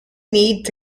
need